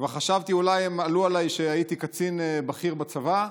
כבר חשבתי שאולי הם עלו עליי שהייתי קצין בכיר בצבא,